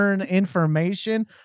information